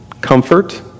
Comfort